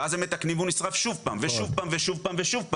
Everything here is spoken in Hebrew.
ואז הם מתקנים והוא נשרף שוב פעם ושוב פעם ושוב פעם.